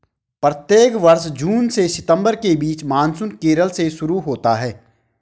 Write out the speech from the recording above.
प्रत्येक वर्ष जून से सितंबर के बीच मानसून केरल से शुरू होता है